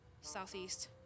southeast